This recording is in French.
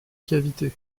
cavité